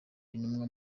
intumwa